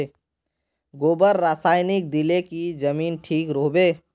गोबर रासायनिक दिले की जमीन ठिक रोहबे?